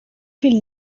fil